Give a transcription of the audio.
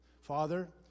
Father